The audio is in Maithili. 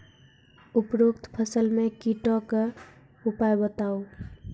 उपरोक्त फसल मे कीटक उपाय बताऊ?